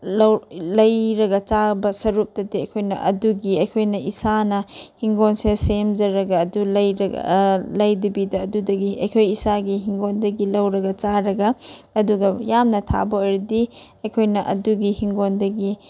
ꯂꯩꯔꯒ ꯆꯥꯕ ꯁꯔꯨꯛꯇꯗꯤ ꯑꯩꯈꯣꯏꯅ ꯑꯗꯨꯒꯤ ꯑꯩꯈꯣꯏꯅ ꯏꯁꯥꯅ ꯍꯤꯡꯒꯣꯟꯁꯦ ꯁꯦꯝꯖꯔꯒ ꯑꯗꯨ ꯂꯩꯔꯒ ꯂꯩꯗꯕꯤꯗ ꯑꯗꯨꯗꯒꯤ ꯑꯩꯈꯣꯏ ꯏꯁꯥꯒꯤ ꯍꯤꯡꯒꯣꯟꯗꯒꯤ ꯂꯧꯔꯒ ꯆꯥꯔꯒ ꯑꯗꯨꯒ ꯌꯥꯝꯅ ꯊꯥꯕ ꯑꯣꯏꯔꯗꯤ ꯑꯩꯈꯣꯏꯅ ꯑꯗꯨꯒꯤ ꯍꯤꯡꯒꯣꯟꯗꯒꯤ